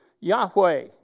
Yahweh